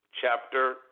chapter